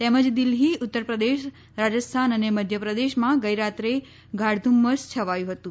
તેમજ દિલ્ફી ઉત્તરપ્રદેશ રાજસ્થાન અને મધ્યપ્રદેશમાં ગઈરાત્રે ગાઢ ધુમ્મસ છવાયું હતું